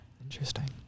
Interesting